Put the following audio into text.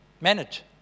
manage